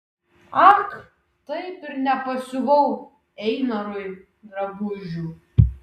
ak taip ir nepasiuvau einarui drabužių